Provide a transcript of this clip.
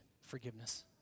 forgiveness